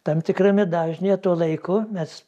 tam tikrame dažnyje tuo laiku mes